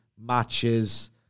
matches